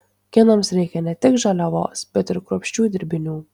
kinams reikia ne tik žaliavos bet ir kruopščių dirbinių